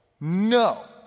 No